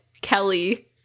kelly